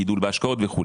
גידול בהשקעות וכולי.